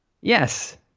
Yes